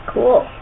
Cool